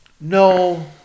No